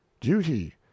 Duty